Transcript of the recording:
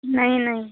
नहीं नहीं